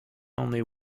only